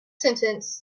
sentence